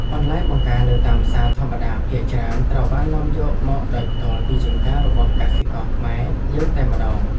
បន្លែបង្ការនៅតាមផ្សារធម្មតាភាគច្រើនត្រូវបាននាំយកមកដោយផ្ទាល់ពីចម្ការរបស់កសិករខ្មែរយើងតែម្ដង។